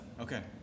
Okay